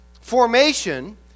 Formation